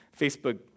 Facebook